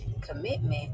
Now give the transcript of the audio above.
commitment